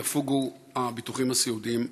יפוגו הביטוחים הסיעודיים הקולקטיביים.